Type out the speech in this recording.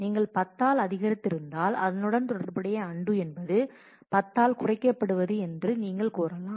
நீங்கள் 10 ஆல் அதிகரித்திருந்தால் அதனுடன் தொடர்புடைய அன்டூ என்பது 10 ஆல் குறைக்க படுவது என்று நீங்கள் கூறலாம்